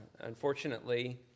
Unfortunately